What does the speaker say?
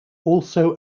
also